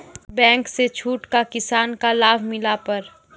Bank से छूट का किसान का लाभ मिला पर?